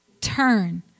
turn